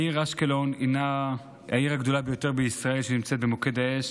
העיר אשקלון היא העיר הגדולה ביותר בישראל שנמצאת במוקד האש,